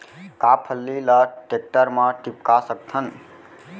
का फल्ली ल टेकटर म टिपका सकथन?